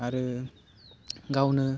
आरो गावनो